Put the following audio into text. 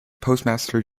postmaster